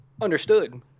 Understood